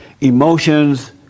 emotions